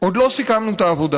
עוד לא סיכמנו את העבודה,